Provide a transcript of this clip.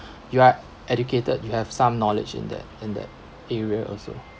you are educated you have some knowledge in that in that area also